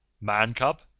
Man-cub